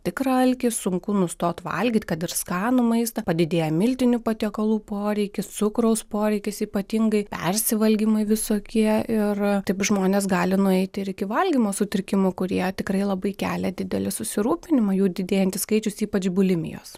tikrą alkį sunku nustot valgyt kad ir skanų maistą padidėja miltinių patiekalų poreikis cukraus poreikis ypatingai persivalgymai visokie ir taip žmonės gali nueiti ir iki valgymo sutrikimų kurie tikrai labai kelia didelį susirūpinimą jų didėjantis skaičius ypač bulimijos